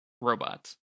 robots